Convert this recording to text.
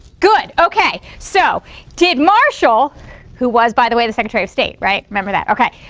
good, okay, so did marshall who was, by the way, the secretary of state, right remember that, okay?